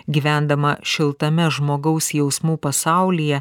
gyvendama šiltame žmogaus jausmų pasaulyje